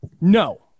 No